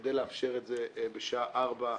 כדי לאפשר את זה בשעה 16:30,